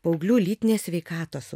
paauglių lytinės sveikatos